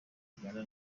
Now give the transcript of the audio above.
uganda